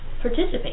participate